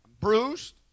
bruised